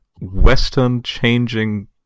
Western-changing